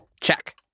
Check